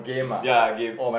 ya game